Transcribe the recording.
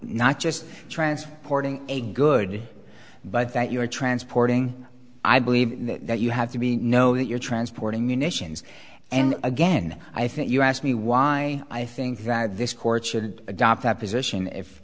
not just transporting a good but that you are transporting i believe that you have to be know that you're transporting munitions and again i think you asked me why i think that this court should adopt that position if